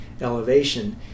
elevation